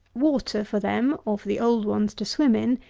water for them, or for the old ones to swim in,